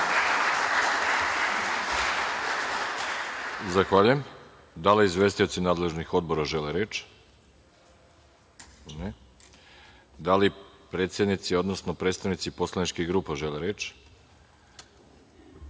Zahvaljujem. Da li izvestioci nadležnih odbora žele reč? (Ne.)Da li predsednici, odnosno predstavnici poslaničkih grupa žele reč? Reč